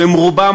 שהם רובם,